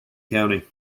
county